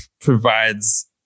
provides